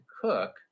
cook